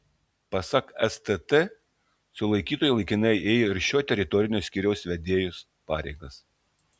pasak stt sulaikytoji laikinai ėjo ir šio teritorinio skyriaus vedėjos pareigas